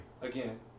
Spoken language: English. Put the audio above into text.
Again